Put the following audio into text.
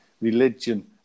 Religion